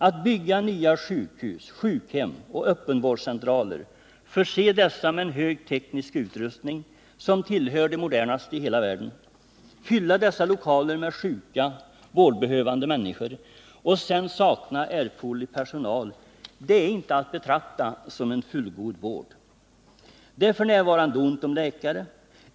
Att bygga nya sjukhus, sjukhem och öppenvårdscentraler, förse dessa med en högtstående teknisk utrustning som hör till de modernaste i hela världen, fylla lokalerna med sjuka och vårdbehövande människor och sedan sakna erforderlig personal, det är inte att betrakta som en fullgod vård. Det är f. n. ont om läkare.